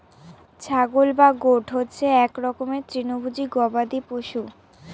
ছাগল বা গোট হচ্ছে এক রকমের তৃণভোজী গবাদি পশু